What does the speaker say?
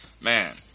Man